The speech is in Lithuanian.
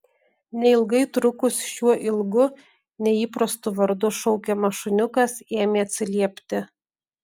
neilgai trukus šiuo ilgu neįprastu vardu šaukiamas šuniukas ėmė atsiliepti